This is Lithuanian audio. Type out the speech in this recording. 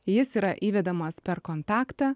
jis yra įvedamas per kontaktą